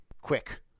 quick